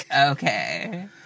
Okay